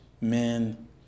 men